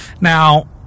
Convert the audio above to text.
Now